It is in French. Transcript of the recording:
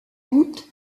août